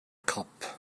cop